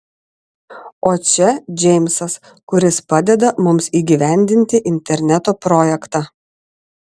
o čia džeimsas kuris padeda mums įgyvendinti interneto projektą